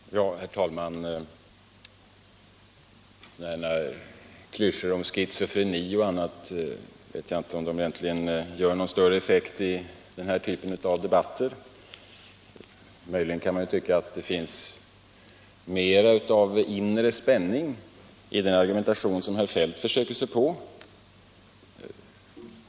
Herr talman! Jag vet inte om några klyschor om schizofreni och annat egentligen gör någon större effekt i den här typen av debatter. Möjligen kan man tycka att det finns mera av inre spänning i den argumentation som herr Feldt försöker sig på.